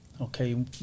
Okay